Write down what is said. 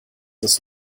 das